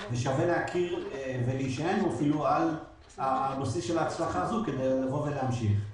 ושווה ולהכיר ולהישען על ההצלחה הזאת כדי להמשיך.